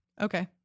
Okay